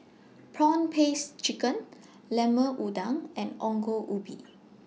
Prawn Paste Chicken Lemon Udang and Ongol Ubi